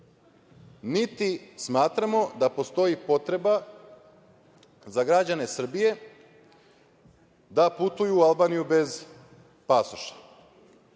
Niti smatramo da postoji potreba za građane Srbije da putuju u Albaniju bez pasoša.